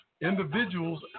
individuals